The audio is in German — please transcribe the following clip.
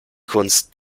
kunst